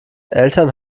eltern